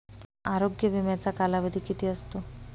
आरोग्य विम्याचा कालावधी किती असतो?